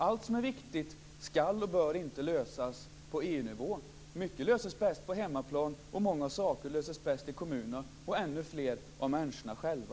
Allt som är viktigt skall och bör inte lösas på EU-nivå. Mycket löses bäst på hemmaplan. Många saker löses bäst i kommunerna och ännu fler av människorna själva.